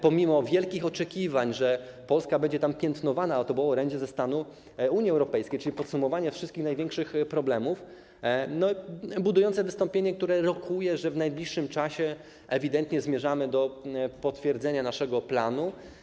Pomimo wielkich oczekiwań, że Polska będzie tam piętnowana, to było orędzie ze stanu Unii Europejskiej, czyli podsumowania wszystkich największych problemów, budujące wystąpienie, które rokuje, że w najbliższym czasie ewidentnie zmierzamy do potwierdzenia naszego planu.